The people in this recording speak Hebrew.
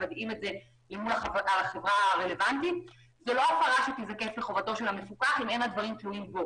זו לא הפרה שתיזקף לחובתו של המפוקח אם הדברים לא תלויים בו.